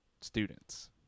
students